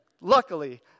luckily